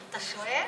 אתה שואל?